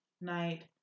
night